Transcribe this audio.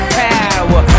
power